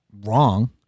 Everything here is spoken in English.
wrong